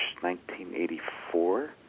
1984